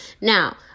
Now